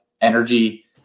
energy